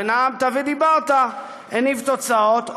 נאמת ודיברת הניב תוצאות,